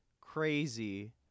crazy